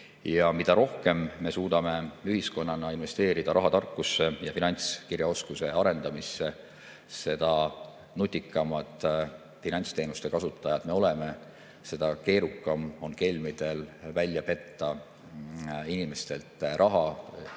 Mida rohkem me suudame ühiskonnana investeerida rahatarkusesse ja finantskirjaoskuse arendamisse, seda nutikamad finantsteenuste kasutajad me oleme, seda keerukam on kelmidel välja petta inimestelt raha,